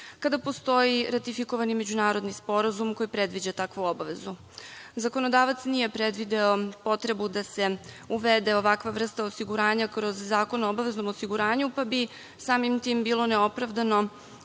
kada postoji ratifikovani narodni sporazum koji predviđa takvu obavezu. Zakonodavac nije predvideo potrebu da se uvede ovakva vrsta osiguranja kroz Zakon o obaveznom osiguranju pa bi samim tim bilo neopravdano